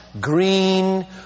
green